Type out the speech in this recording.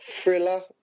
thriller